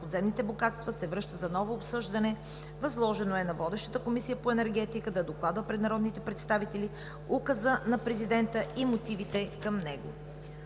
подземните богатства се връща за ново обсъждане. Възложено е на водещата Комисия по енергетика да докладва пред народните представители Указа на президента и мотивите към него.